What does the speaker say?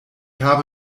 habe